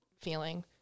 feeling